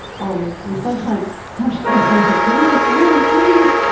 always and sometimes sometimes they're like, no, i'm fine! please!